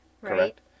Correct